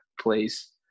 place